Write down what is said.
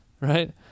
right